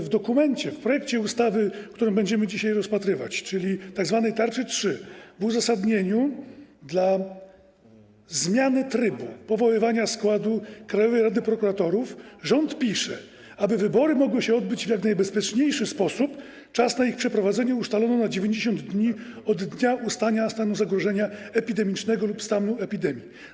W dokumencie, w projekcie ustawy, który będziemy dzisiaj rozpatrywać, czyli tzw. tarczy 3, w uzasadnieniu dotyczącym zmiany trybu powoływania składu Krajowej Rady Prokuratorów rząd pisze: aby wybory mogły się odbyć w jak najbezpieczniejszy sposób, czas na ich przeprowadzenie ustalono na 90 dni od dnia ustania stanu zagrożenia epidemicznego lub stanu epidemii.